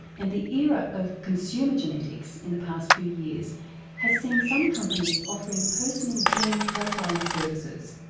and the era of consumer genetics in the past few years has seen some companies offering personal gene profiling services.